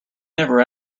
never